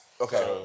Okay